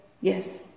yes